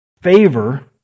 favor